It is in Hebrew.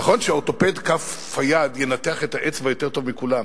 נכון שאורתופד כף היד ינתח את האצבע יותר טוב מכולם,